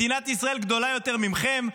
מדינת ישראל גדולה יותר מכם,